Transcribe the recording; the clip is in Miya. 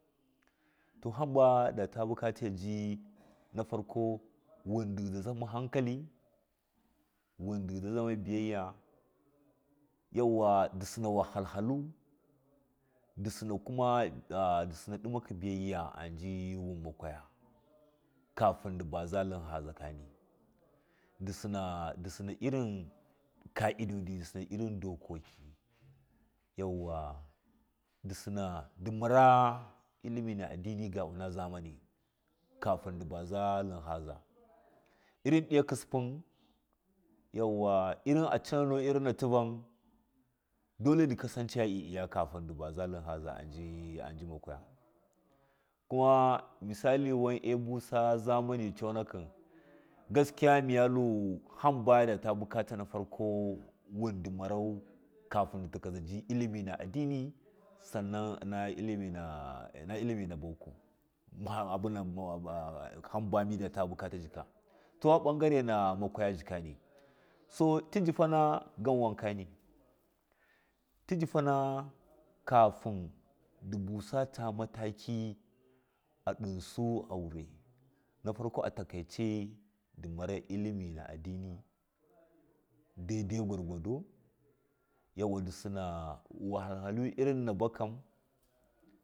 To hamba da bukace nafarka ji na farko wun digna zaza mahakili wun ndighazaza ma biyayya yauwa ndi ndi suna wahul halu ndi sina ɗimakɨ biyagya aji wun makaye kafin ndi baza tlin haza kani ndisina disina irin ka idodi ndɨ sina irin dokaki yauwa ndisina ndɨ mara illimi na addini nazani kafin ndɨ baza tlin haza irɨn ɗigakɨ suvun yauwa irin a canono na tiivon dolɚndi kasace ai iyaka kafin baza kanza aji aji makwaya kuma misali wun a busa zamani coonaki gaskiga miyatlin hamba da bukata na farko wun ndɨ kafin ndi tii katlaka ji illimi na addini ina illimi na boko to aɓu gare na makwaya jika to tii jifana ganwankani tii jɨfana kafin ndɨ busa mataki ndinsu aurɚna farko atakaice ndɨmara illimi na addini dai dai kwarkwado yauwa ndidina wahal halu naka.